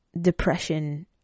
depression